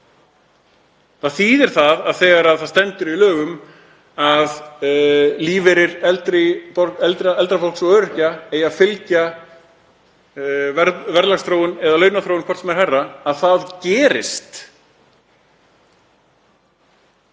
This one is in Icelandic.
Það þýðir að þegar það stendur í lögum að lífeyrir eldra fólks og öryrkja eigi að fylgja verðlagsþróun eða launaþróun, hvort sem er hærra, þá geri